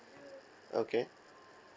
okay